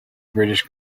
british